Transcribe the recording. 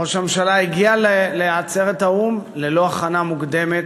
ראש הממשלה הגיע לעצרת האו"ם ללא הכנה מוקדמת,